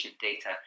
data